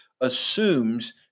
assumes